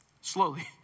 slowly